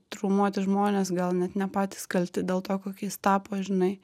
traumuoti žmonės gal net ne patys kalti dėl to kokiais tapo žinai